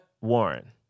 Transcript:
Warren